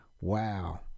Wow